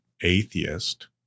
atheist